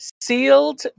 sealed